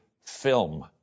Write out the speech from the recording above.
film